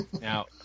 Now